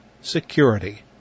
security